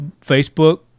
facebook